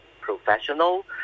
professional